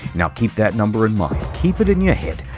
now, keep that number in mind. keep it in your head.